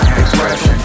expression